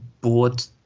bought